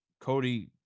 cody